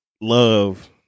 love